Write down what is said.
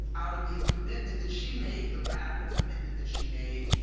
out of the commitment that she made, the radical commitment that she made,